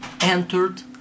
entered